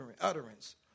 utterance